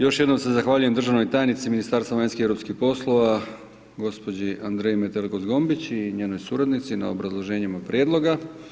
Još jednom se zahvaljujem državnoj tajnici Ministarstva vanjskih i Europskih poslova gospođi Andreji Metelko Zgombić i njenoj suradnici na obrazloženjima prijedloga.